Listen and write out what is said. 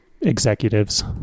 executives